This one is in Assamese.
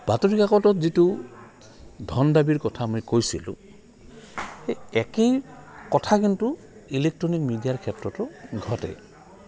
বাতৰি কাকতত যিটো ধন দাবীৰ কথা মই কৈছিলোঁ এই একেই কথা কিন্তু ইলেকট্ৰনিক মিডিয়াৰ ক্ষেত্ৰতো ঘটে